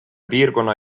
piirkonna